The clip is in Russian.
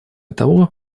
того